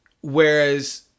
Whereas